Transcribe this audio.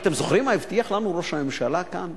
אתם זוכרים מה הבטיח לנו ראש הממשלה כאן?